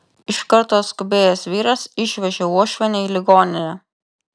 iš karto atskubėjęs vyras išvežė uošvienę į ligoninę